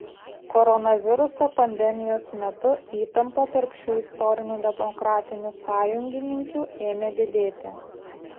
koronaviruso pandemijos metu įtampa tarp šių istorinių demokratinių sąjungininkių ėmė didėti